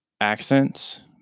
accents